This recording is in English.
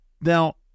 Now